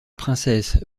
princesse